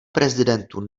prezidentu